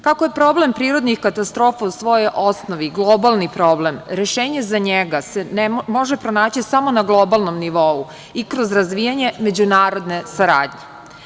Kako je problem prirodnih katastrofa u svojoj osnovi globalni problem, rešenje za njega se može pronaći samo na globalnom nivou i kroz razvijanje međunarodne saradnje.